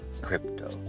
Crypto